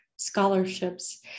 scholarships